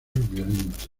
violento